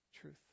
truth